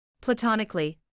Platonically